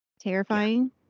Terrifying